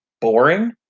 boring